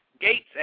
Gates